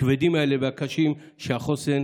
הכבדים והקשים האלה, שהחוסן